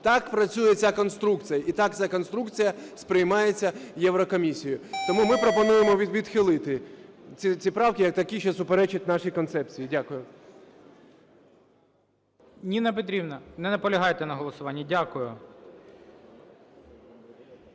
Так працює ця конструкція і так ця конструкція сприймається Єврокомісією. Тому ми пропонуємо відхилити ці правки як такі, що суперечать нашій концепції. Дякую. ГОЛОВУЮЧИЙ. Ніна Петрівна, не наполягаєте на голосуванні? Дякую.